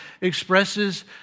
expresses